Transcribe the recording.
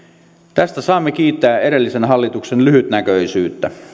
tästä saamme kiittää edellisen hallituksen lyhytnäköisyyttä